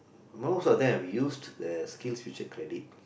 most of them used their SkillsFuture credit